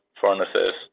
furnaces